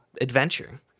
adventure